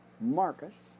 Marcus